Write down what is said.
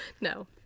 No